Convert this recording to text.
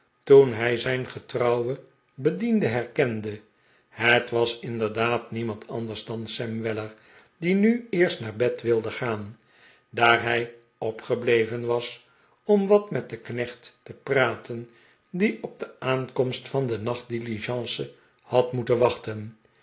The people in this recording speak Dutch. toen hij zijn getrouwen bediende herkende het was inderdaad niemand anders dan sam weller die nu eerst naar bed wilde gaan daar hij opgebleven was om wat met den knecht te praten die op de aankomst van de nacht diligence had moeten wachten